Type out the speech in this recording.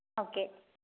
okay